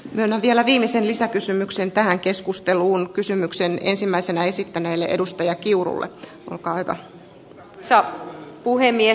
myönnän vielä viimeiseen lisäkysymykseen tähän keskusteluun kysymykseen ensimmäisenä esittäneellä edustaja kiurulle joka ilta arvoisa puhemies